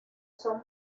son